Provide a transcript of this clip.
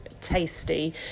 tasty